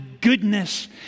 goodness